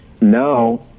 now